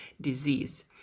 disease